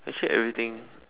actually everything